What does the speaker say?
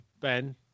Ben